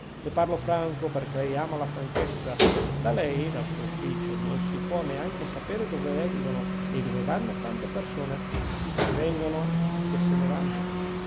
le parlo franco perchè lei ama la franchezza da lei dal suo ufficio non si può neanche sapere donde vengono e dove vanno tante persone che vengono e che se ne vanno